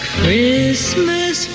Christmas